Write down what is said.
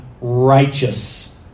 righteous